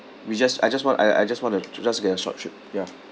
we just I just want I I just want to just get a short trip ya